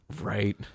Right